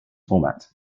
format